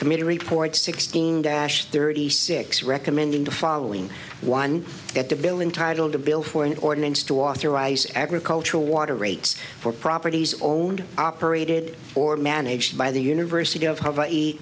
committee report sixteen dash thirty six recommending the following one get the bill in title to bill for an ordinance to authorize agricultural water rates for properties owned operated or managed by the university of hawaii